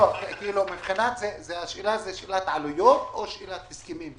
שיש לזה סיכונים אחרים לגמרי.